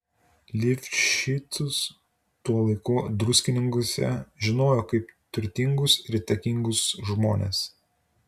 lifšicus tuo laiku druskininkuose žinojo kaip turtingus ir įtakingus žmones